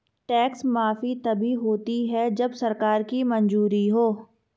tax माफी तभी होती है जब सरकार की मंजूरी हो